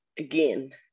again